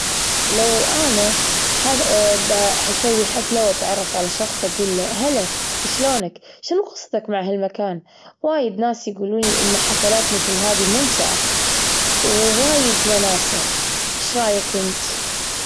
لو أنا حسوي حفلة وأتعرف على شخص، أقول له هلا شلونك؟ شنو قصتك مع هالمكان؟ وايد ناس يقولون لي إن حفلات مثل هذه ممتعة، و وايد وناسة، إيش رأيك أنت؟